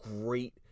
great